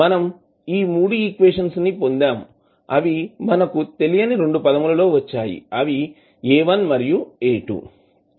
మనం 3 ఈక్వేషన్స్ పొందాం అవి మనకు తెలియని 2 పదములలో వచ్చాయి అవి A1 మరియు A2